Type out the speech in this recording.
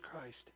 Christ